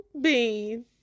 bean